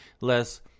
less